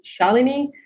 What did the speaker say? Shalini